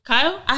Kyle